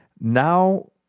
Now